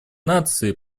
наций